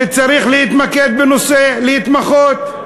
שותפים לדעה שצריך להתמקד בנושא, להתמחות.